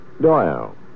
Doyle